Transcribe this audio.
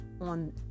on